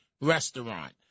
restaurant